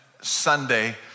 Sunday